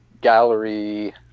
gallery